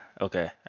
Okay